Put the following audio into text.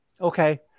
Okay